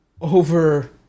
over